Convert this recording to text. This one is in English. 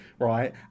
right